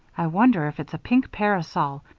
i wonder if it's a pink parasol,